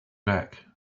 back